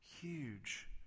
huge